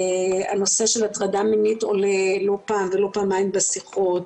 הנושא של הטרדה מינית עולה לא פעם ולא פעמיים בשיחות.